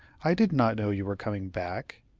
i did not know you were coming back.